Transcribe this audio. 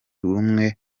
rumwe